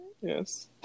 Yes